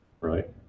right